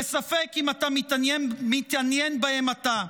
וספק אם אתה מתעניין בהם עתה.